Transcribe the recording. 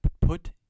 put